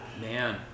man